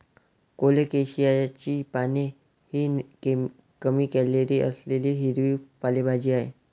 कोलोकेशियाची पाने ही कमी कॅलरी असलेली हिरवी पालेभाजी आहे